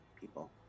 people